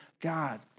God